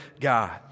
God